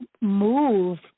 move